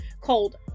called